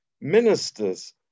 ministers